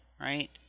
right